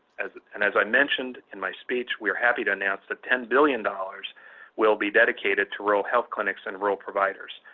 as and as i mentioned in my speech, we are happy to announce that ten billion dollars will be dedicated to rural health clinics and rural providers.